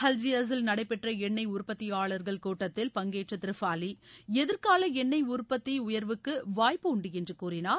அல்ஜியஸில் நடைபெற்ற எண்ணெய் உற்பத்தியாளர்கள் கூட்டத்தில் பங்கேற்ற திரு ஃபாலி எதிர்கால எண்ணெய் உற்பத்தி உயர்வுக்கு வாய்ப்பு உண்டு என்று கூறினார்